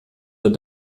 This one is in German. der